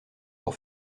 pour